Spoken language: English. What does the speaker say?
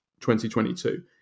2022